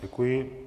Děkuji.